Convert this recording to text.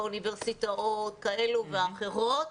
באוניברסיטאות כאלו ואחרות